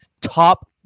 top